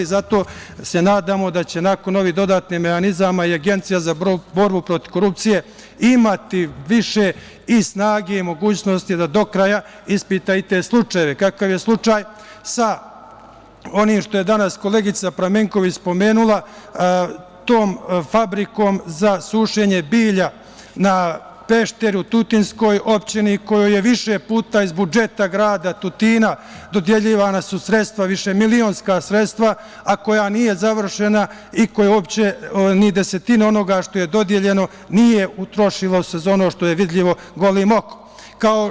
Zato se nadamo da će nakon ovih dodatnih mehanizama i Agencija za borbu protiv korupcije imati više i snage i mogućnosti da do kraja ispita i te slučajeve, kakav je slučaj sa onim što je danas koleginica Pramenković spomenula, tom fabrikom za sušenje bilja na Pešteru, tutinskoj opštini kojoj su više puta iz budžeta grada Tutina dodeljivana sredstva, višemilionska sredstva, a koja nije završena i u kojoj se ni desetina onoga što joj je dodeljeno nije utrošila za ono što je vidljivo golim okom.